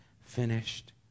finished